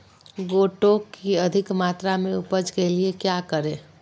गोटो की अधिक मात्रा में उपज के लिए क्या करें?